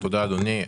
תודה, אדוני.